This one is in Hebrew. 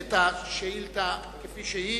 את השאילתא כפי שהיא,